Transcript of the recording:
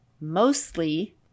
mostly